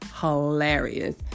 hilarious